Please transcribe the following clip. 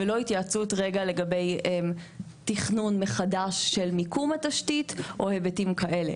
ולא התייעצות לגבי תכנון מחדש של מיקום התשתית או היבטים כאלה,